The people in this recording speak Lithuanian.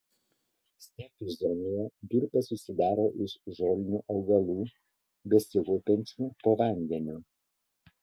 stepių zonoje durpės susidaro iš žolinių augalų besikaupiančių po vandeniu